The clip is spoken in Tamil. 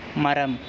மரம்